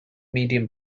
medium